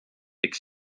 eks